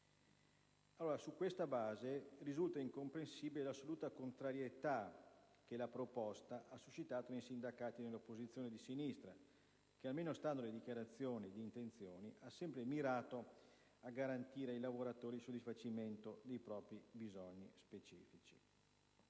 Su questa base risulta incomprensibile l'assoluta contrarietà che la proposta ha suscitato nei sindacati e nell'opposizione di sinistra che almeno, stando alle dichiarazioni di intenzioni, ha sempre mirato a garantire ai lavoratori il soddisfacimento dei propri bisogni specifici.